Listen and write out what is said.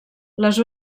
les